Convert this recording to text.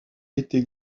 été